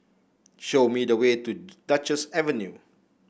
show me the way to Duchess Avenue